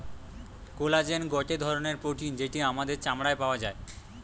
collagen গটে ধরণের protein যেটি আমাদের চামড়ায় পাওয়া যায়